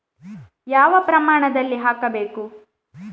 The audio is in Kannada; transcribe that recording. ಯಾವ ಪ್ರಮಾಣದಲ್ಲಿ ಹಾಕಬೇಕು?